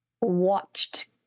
watched